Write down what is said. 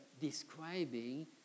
describing